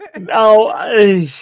No